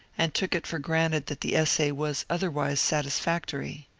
and took it for granted that the essay was otherwise satisfactory.